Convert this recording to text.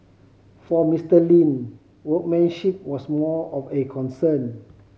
for Mister Lin workmanship was more of a concern